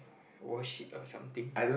wash it or something